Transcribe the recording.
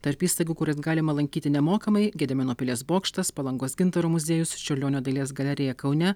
tarp įstaigų kurias galima lankyti nemokamai gedimino pilies bokštas palangos gintaro muziejus čiurlionio dailės galerija kaune